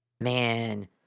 Man